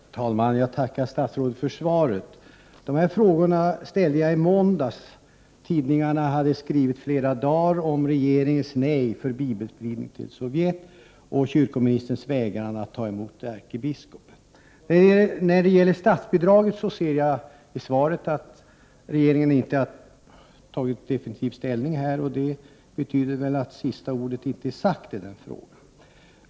Herr talman! Jag tackar statsrådet för svaret. De här frågorna ställde jag i måndags. Tidningarna hade skrivit flera dagar om regeringens nej till bibelspridning till Sovjet och kyrkoministerns vägran att ta emot ärkebiskopen. När det gäller statsbidraget ser jag i svaret att regeringen inte har tagit definitiv ställning. Det betyder väl att sista ordet ännu inte är sagt i den frågan.